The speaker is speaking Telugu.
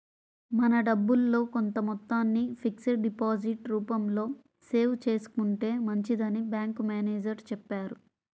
మన డబ్బుల్లో కొంత మొత్తాన్ని ఫిక్స్డ్ డిపాజిట్ రూపంలో సేవ్ చేసుకుంటే మంచిదని బ్యాంకు మేనేజరు చెప్పారు